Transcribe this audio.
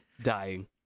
dying